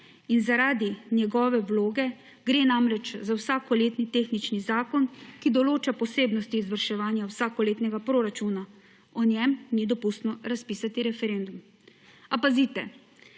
in zaradi njegove vloge, gre namreč za vsakoletni tehnični zakon, ki določa posebnosti izvrševanja vsakoletnega proračuna, o njem ni dopustno razpisati referenduma. A, pazite!